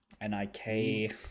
N-I-K